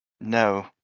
No